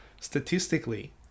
statistically